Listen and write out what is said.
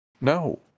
no